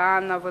אנה וטליה.